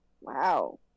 Wow